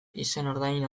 izenordain